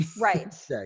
Right